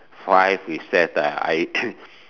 five is that uh I